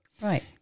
Right